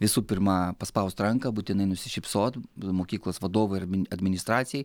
visų pirma paspaust ranką būtinai nusišypsot mokyklos vadovui ar min administracijai